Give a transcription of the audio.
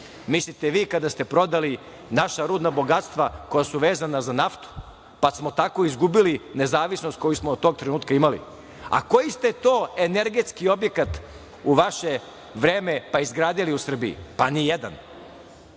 mislite vi kada ste prodali naša rudna bogatstva koja su vezana za naftu, pa smo tako izgubili nezavisnost koju smo od tog trenutka imali?A koji ste to energetski objekat u vaše vreme izgradili u Srbiji? Pa, nijedan.